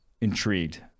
intrigued